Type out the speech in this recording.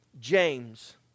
James